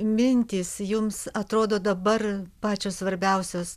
mintys jums atrodo dabar pačios svarbiausios